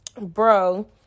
bro